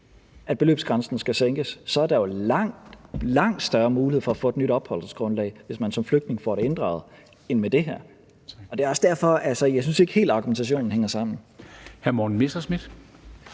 at beløbsgrænsen skal sænkes, er der jo langt, langt større mulighed for at få et nyt opholdsgrundlag, hvis man som flygtning får det inddraget, end med det her. Det er også derfor, at jeg ikke helt synes, at argumentationen hænger sammen.